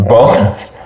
Bonus